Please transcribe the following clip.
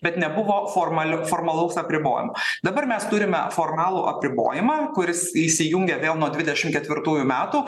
bet nebuvo formal formalaus apribojimo dabar mes turime formalų apribojimą kuris įsijungia vėl nuo dvidešim ketvirtųjų metų